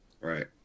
Right